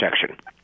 protection